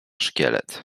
szkielet